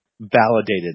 Validated